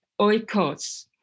oikos